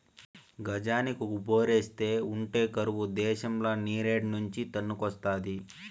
గజానికి ఒక బోరేస్తా ఉంటే కరువు దేశంల నీరేడ్నుంచి తన్నుకొస్తాది